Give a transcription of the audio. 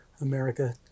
America